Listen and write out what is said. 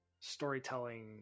storytelling